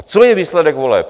Co je výsledek voleb?